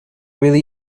really